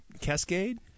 Cascade